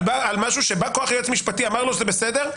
משהו שבא-כוח היועץ המשפטי אמר לו שזה בסדר?